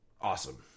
Awesome